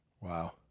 Wow